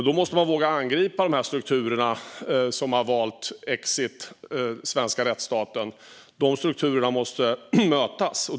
Då måste man våga angripa de strukturer som har valt exit från den svenska rättsstaten. De strukturerna måste mötas.